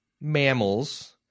mammals